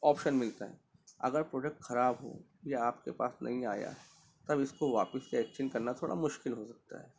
option ملتا ہے اگر پروڈکٹ خراب ہو یا آپ کے پاس نہیں آیا تب اس کو واپس سے ایکسچینج کرنا تھوڑا مشکل ہو سکتا ہے